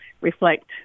reflect